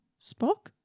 Spock